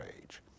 age